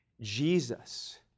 jesus